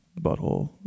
butthole